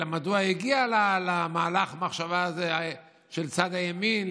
מדוע הגיע להלך המחשבה הזה של צד הימין,